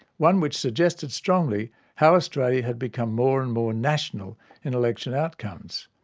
one which suggested strongly how australia had become more and more national in election outcomes.